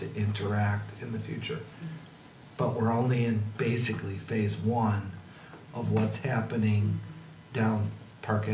to interact in the future but we're only in basically phase one of what's happening down park